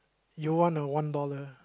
you want a one dollar